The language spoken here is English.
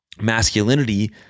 masculinity